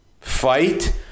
Fight